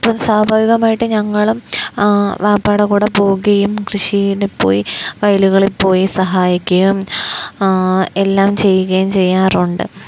ഇപ്പം സ്വാഭാവികമായിട്ട് ഞങ്ങളും വാപ്പായുടെ കൂടെ പോവുകയും കൃഷിയിടത്ത് പോയി വയലുകളിൽ പോയി സഹായിക്കുകയും എല്ലാം ചെയ്യുകയും ചെയ്യാറുണ്ട്